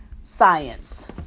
science